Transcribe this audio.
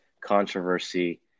controversy